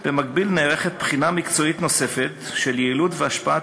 נערכת בחינה מקצועית נוספת של היעילות והשפעת